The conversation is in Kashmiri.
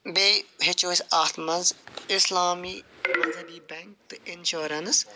بیٚیہِ ہیٚچھو أسۍ اتھ منٛز اِسلامی بینٛک تہٕ اِنشورنٕس